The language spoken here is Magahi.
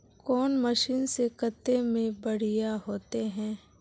कौन मशीन से कते में बढ़िया होते है?